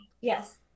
Yes